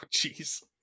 jeez